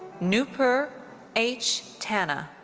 noopur h. tanna.